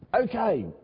Okay